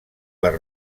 per